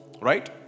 right